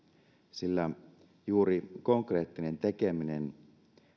sillä juuri konkreettinen tekeminen